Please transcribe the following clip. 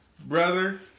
Brother